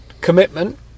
Commitment